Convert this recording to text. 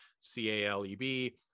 c-a-l-e-b